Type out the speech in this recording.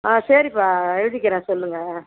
ஆ சரிப்பா எழுதிக்கறேன் சொல்லுங்கள்